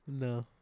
no